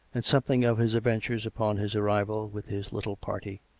and something of his adventures upon his arrival with his little party.